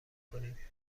کنید